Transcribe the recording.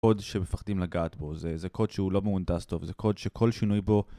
זה קוד שמפחדים לגעת בו, זה קוד שהוא לא מהונדס טוב, זה קוד שכל שינוי בו